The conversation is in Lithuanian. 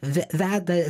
ve veda